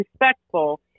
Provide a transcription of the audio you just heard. respectful